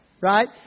right